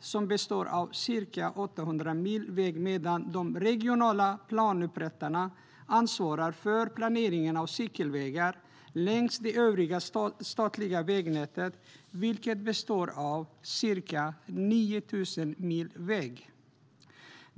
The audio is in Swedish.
som består av ca 800 mil väg, medan de regionala planupprättarna ansvarar för planeringen av cykelvägar längs det övriga statliga vägnätet, vilket består av ca 9 000 mil väg.